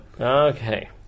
Okay